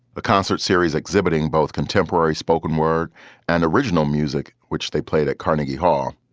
a concert series exhibiting both contemporary spoken word and original music, which they played at carnegie hall.